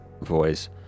voice